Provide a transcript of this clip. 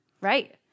Right